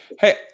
Hey